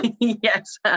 Yes